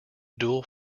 dual